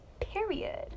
Period